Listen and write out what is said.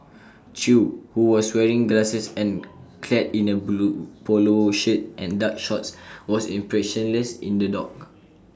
chew who was wearing glasses and clad in A blue Polo shirt and dark shorts was expressionless in the dock